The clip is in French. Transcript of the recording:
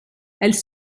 elle